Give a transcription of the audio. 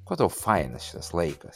kuo tau fainas šitas laikas